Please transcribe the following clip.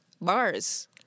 Bars